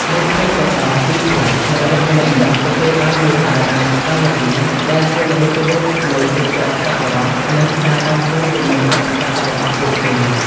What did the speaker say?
នៅពេលមកដល់ទីព្រ័ត្រ អ្នករត់ម្នាក់ៗទទួលបានមេដាយអនុស្សាវរីយ៍ ដែលជានិមិត្តរូបនៃទឹកចិត្តសប្បុរស និងការតស៊ូជម្នះឧបសគ្គរបស់ពួកគេ។